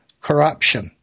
corruption